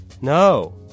No